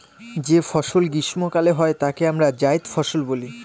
যে ফসল গ্রীস্মকালে হয় তাকে আমরা জাইদ ফসল বলি